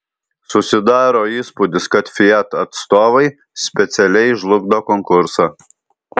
susidaro įspūdis kad fiat atstovai specialiai žlugdo konkursą